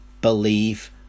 believe